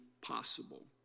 possible